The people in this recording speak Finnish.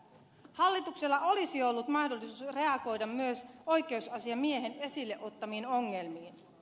hallituksella olisi ollut mahdollisuus reagoida myös oikeusasiamiehen esille ottamiin ongelmiin